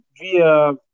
via